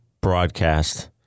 broadcast